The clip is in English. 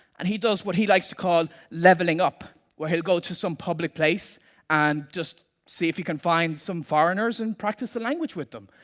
and he does what he likes to call leveling up, where he'll go to some public place and just see if he can find some foreigners and practice the language with them.